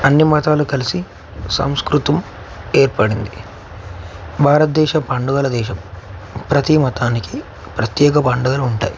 అన్ని మతాలు కలిసి సంస్కృతి ఏర్పడింది భారతదేశ పండుగల దేశం ప్రతీ మతానికి ప్రత్యేక పండుగలు ఉంటాయి